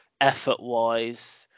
effort-wise